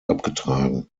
abgetragen